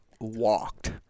walked